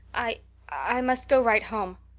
i i must go right home.